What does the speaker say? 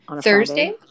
Thursday